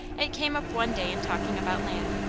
it came up one day in talking about land.